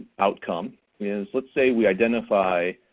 outcome is let's say we identify